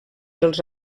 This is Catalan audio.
els